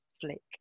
flick